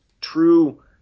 true